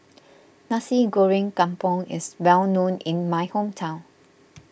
Nasi Goreng Kampung is well known in my hometown